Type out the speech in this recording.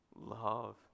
love